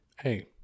Hey